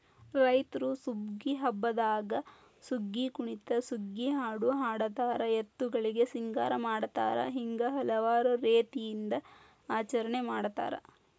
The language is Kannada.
ರೈತ್ರು ಸುಗ್ಗಿ ಹಬ್ಬದಾಗ ಸುಗ್ಗಿಕುಣಿತ ಸುಗ್ಗಿಹಾಡು ಹಾಡತಾರ ಎತ್ತುಗಳಿಗೆ ಸಿಂಗಾರ ಮಾಡತಾರ ಹಿಂಗ ಹಲವಾರು ರೇತಿಯಿಂದ ಆಚರಣೆ ಮಾಡತಾರ